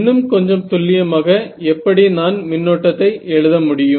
இன்னும் கொஞ்சம் துல்லியமாக எப்படி நான் மின்னோட்டத்தை எழுத முடியும்